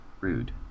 rude